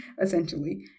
essentially